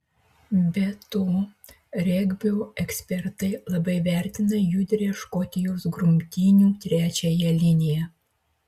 be to regbio ekspertai labai vertina judrią škotijos grumtynių trečiąją liniją